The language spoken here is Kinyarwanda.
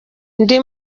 ndi